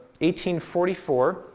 1844